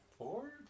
Four